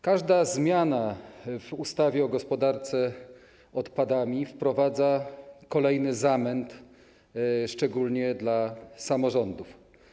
Każda zmiana w ustawie o gospodarce odpadami wprowadza kolejny zamęt, szczególnie dla samorządów.